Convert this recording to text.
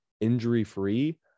injury-free –